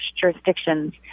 jurisdictions